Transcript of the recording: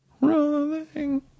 Rolling